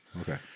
okay